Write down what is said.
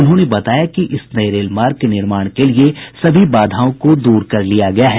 उन्होंने बताया कि इस नये रेल मार्ग के निर्माण के लिये सभी बाधाओं को दूर कर लिया गया है